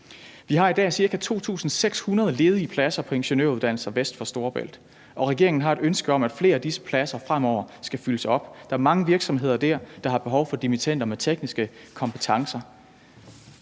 Vi har i dag ca. 2.600 ledige pladser på ingeniøruddannelserne vest for Storebælt, og regeringen har et ønske om, at flere af disse pladser fremover skal fyldes op. Der er mange virksomheder der, der har behov for dimittender med tekniske kompetencer.